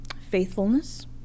faithfulness